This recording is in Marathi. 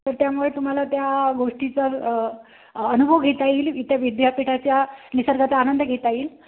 तर त्यामुळे तुम्हाला त्या गोष्टीचा अनुभव घेता येईल इथं विद्यापीठाच्या निसर्गाचा आनंद घेता येईल